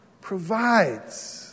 provides